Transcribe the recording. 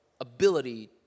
ability